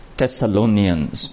Thessalonians